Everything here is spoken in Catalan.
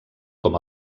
com